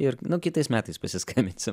ir nu kitais metais pasiskambinsim